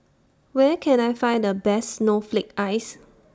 Where Can I Find The Best Snowflake Ice